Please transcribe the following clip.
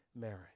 marriage